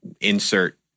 Insert